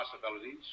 possibilities